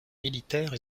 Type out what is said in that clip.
militaires